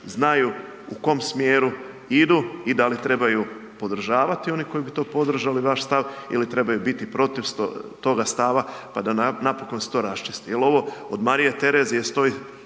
znaju u kom smjeru idu i da li trebaju podržavati oni koji bi to podržali vaš stav ili trebaju biti protiv toga stava pa da napokon se to raščisti. Jel ovo od Marije Terezije stoji,